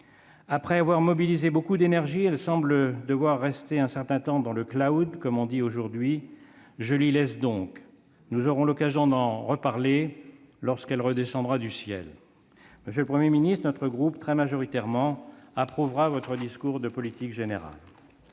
Après avoir mobilisé beaucoup d'énergie, la révision constitutionnelle semble devoir rester un certain temps dans le, comme l'on dit aujourd'hui ... Je l'y laisse donc ; nous aurons l'occasion d'en reparler lorsqu'elle redescendra du ciel. Monsieur le Premier ministre, notre groupe, très majoritairement, approuvera votre déclaration de politique générale.